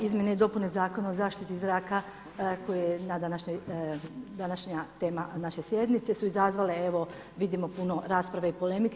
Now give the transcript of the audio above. Izmjene i dopune Zakona o zaštiti zraka koja je današnja tema naše sjednice su izazvale evo vidimo puno rasprave i polemike.